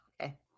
Okay